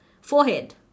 forehead